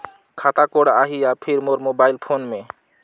खाता कोड आही या फिर मोर मोबाइल फोन मे?